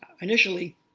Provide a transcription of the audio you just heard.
initially